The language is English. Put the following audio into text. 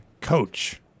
coach